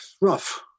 Rough